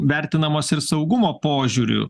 vertinamos ir saugumo požiūriu